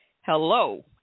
hello